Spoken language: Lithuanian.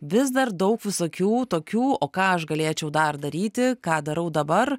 vis dar daug visokių tokių o ką aš galėčiau dar daryti ką darau dabar